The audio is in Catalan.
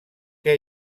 què